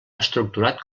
estructurat